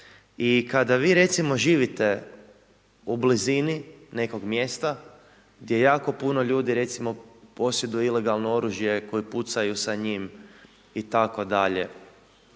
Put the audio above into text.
i kada vi recimo živite u blizini nekog mjesta gdje jako puno ljudi recimo posjeduje ilegalno oružje koji pucaju sa njim itd. gdje